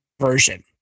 version